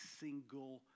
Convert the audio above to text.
single